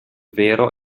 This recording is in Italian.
vero